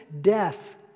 death